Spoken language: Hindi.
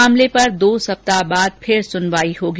मामले पर दो सप्ताह बाद फिर सुनवाई होगी